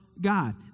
God